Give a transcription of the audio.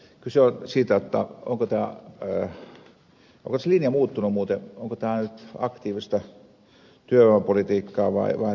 kyse on siitä onko tässä linja muuttunut onko tämä aktiivista työvoimapolitiikkaa vai passiivista